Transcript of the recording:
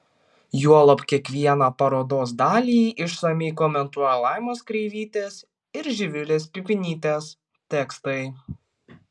juolab kiekvieną parodos dalį išsamiai komentuoja laimos kreivytės ir živilės pipinytės tekstai